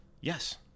Yes